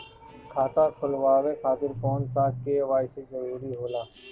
खाता खोलवाये खातिर कौन सा के.वाइ.सी जरूरी होला?